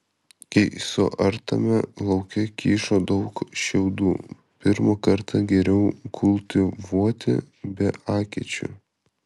kai suartame lauke kyšo daug šiaudų pirmą kartą geriau kultivuoti be akėčių